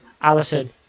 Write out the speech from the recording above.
allison